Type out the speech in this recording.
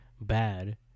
bad